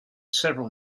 several